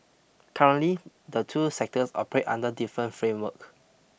currently the two sectors operate under different framework